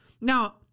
Now